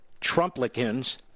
Trumplicans